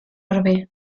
orbe